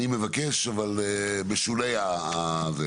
בשולי הדברים